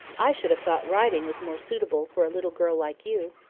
i should have thought writing was more suitable for a little girl like you.